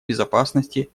безопасности